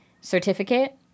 Certificate